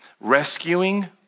rescuing